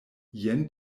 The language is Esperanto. jen